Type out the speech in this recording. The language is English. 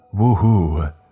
Woohoo